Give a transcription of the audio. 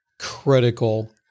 critical